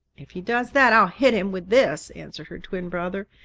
if he does that, i'll hit him with this, answered her twin brother,